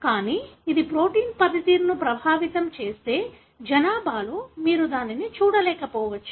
కానీ ఇది ప్రోటీన్ పనితీరును ప్రభావితం చేస్తే జనాభాలో మీరు దానిని చూడకపోవచ్చు